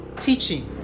teaching